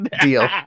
Deal